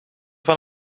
van